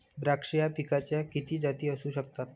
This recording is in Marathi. द्राक्ष या पिकाच्या किती जाती असू शकतात?